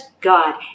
God